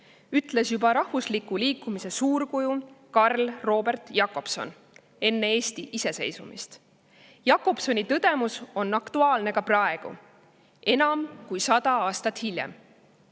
ütles juba rahvusliku liikumise suurkuju Carl Robert Jakobson enne Eesti iseseisvumist. Jakobsoni tõdemus on aktuaalne ka praegu, enam kui sada aastat hiljem.